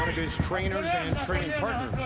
his trainers and training partners.